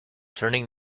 turning